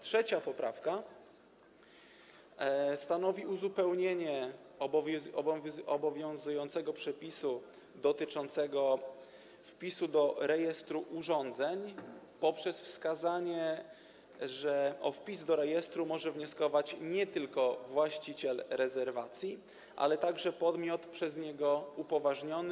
Trzecia poprawka stanowi uzupełnienie obowiązującego przepisu dotyczącego wpisu do rejestru urządzeń poprzez wskazanie, że o wpis do rejestru może wnioskować nie tylko właściciel rezerwacji, ale także podmiot przez niego upoważniony.